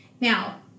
Now